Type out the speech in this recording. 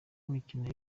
imikino